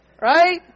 right